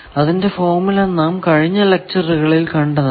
അതിന്റെ ഫോർമുല നാം കഴിഞ്ഞ ലെക്ച്ചറുകളിൽ കണ്ടതാണ്